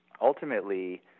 ultimately